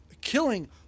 killing